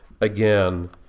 again